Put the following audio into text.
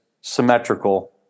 symmetrical